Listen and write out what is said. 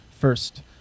first